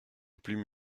plume